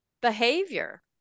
behavior